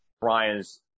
Brian's